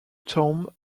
tomb